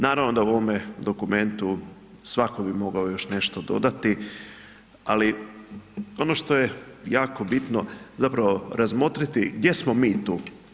Naravno da u ovome dokumentu svako bi mogao još nešto dodati, ali ono što je jako bitno zapravo razmotriti gdje smo mi tu.